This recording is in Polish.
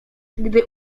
gdy